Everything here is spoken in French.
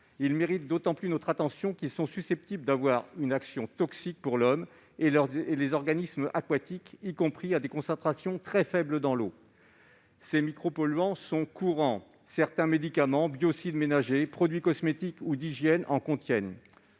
Ils méritent d'autant plus notre attention qu'ils sont susceptibles d'avoir une action toxique pour l'homme et les organismes aquatiques, y compris à des concentrations très faibles dans l'eau. Ces micropolluants sont courants : certains médicaments, biocides ménagers, produits cosmétiques ou d'hygiène en contiennent.